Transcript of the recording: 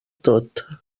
tot